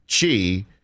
chi